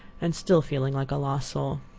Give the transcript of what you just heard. and still feeling like a lost soul.